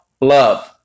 love